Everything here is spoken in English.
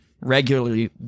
regularly